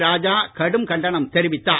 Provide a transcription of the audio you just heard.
ராஜா கடும் கண்டனம் தெரிவித்தார்